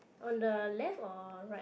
on the left or right